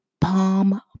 palm